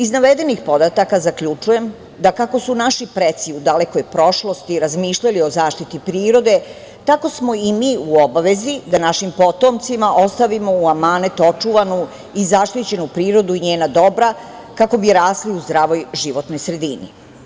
Iz navedenih podataka zaključujem da kako su naši preci u dalekoj prošlosti razmišljali o zaštiti prirode, tako smo i mi u obavezi da našim potomcima ostavimo u amanet očuvanu i zaštićenu prirodu i njena dobra kako bi rasli u zdravoj životnoj sredini.